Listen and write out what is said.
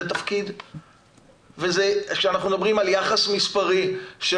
זה תפקיד וכשאנחנו מדברים על יחס מספרי של